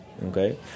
Okay